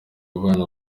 abana